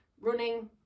running